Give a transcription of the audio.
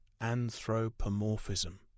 anthropomorphism